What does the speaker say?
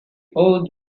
old